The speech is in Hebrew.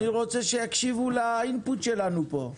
אני רוצה שיקשיבו לאינפוט שלנו פה.